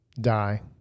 die